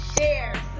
Share